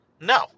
No